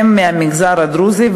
הם מהמגזר הדרוזי,